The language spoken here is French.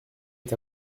est